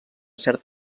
cert